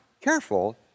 careful